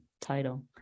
title